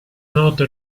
noto